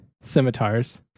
scimitars